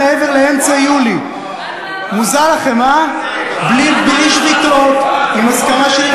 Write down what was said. בכמעט 15%. התאחדות הסטודנטים,